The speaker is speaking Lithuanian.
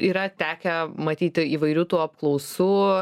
yra tekę matyti įvairių tų apklausų